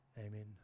amen